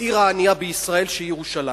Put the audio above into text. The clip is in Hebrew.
בעיר הענייה בישראל, שהיא ירושלים.